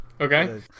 Okay